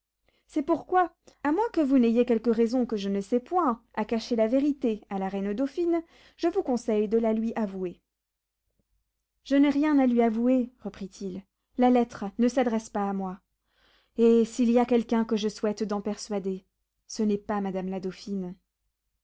c'est pourquoi à moins que vous n'ayez quelque raison que je ne sais point à cacher la vérité à la reine dauphine je vous conseille de la lui avouer je n'ai rien à lui avouer reprit-il la lettre ne s'adresse pas à moi et s'il y a quelqu'un que je souhaite d'en persuader ce n'est pas madame la dauphine